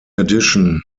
addition